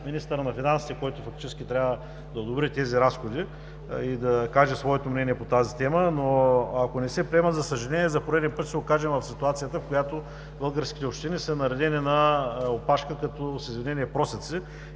на финансите, който фактически трябва да одобри тези разходи и да каже своето мнение по тази тема, но ако не се приеме, за съжаление, за пореден път ще се окажем в ситуацията, в която български общини са наредени на опашката като, с извинение, просяци